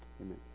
amen